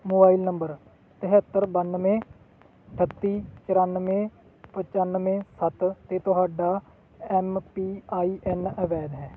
mobile number ਤੇਹੱਤਰ ਬਾਨਵੇਂ ਅਠੱਤੀ ਚੋਰਾਨਵੇਂ ਪਚਾਨਵੇਂ ਸੱਤ 'ਤੇ ਤੁਹਾਡਾ ਐੱਮ ਪੀ ਆਈ ਐੱਨ ਅਵੈਧ ਹੈ